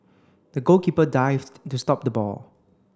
the goalkeeper dived to stop the ball